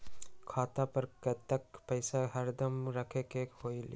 खाता पर कतेक पैसा हरदम रखखे के होला?